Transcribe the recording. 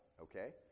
Okay